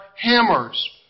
hammers